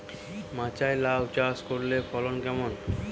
মাচায় লাউ চাষ করলে ফলন কেমন?